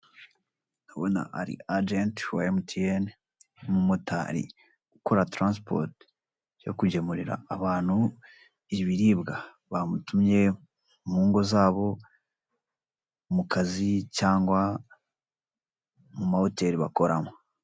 Ndabona ari ajenti wa MTN, umumotari gukora taransipoti yo kugemurira abantu ibiribwa bamutumye mu ngo zabo, mu kazi cyangwa mu mahoteli bakoramo.